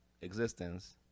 existence